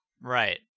right